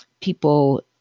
people